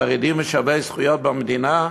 החרדים שווי זכויות במדינה?